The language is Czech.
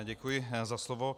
Děkuji za slovo.